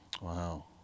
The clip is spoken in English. wow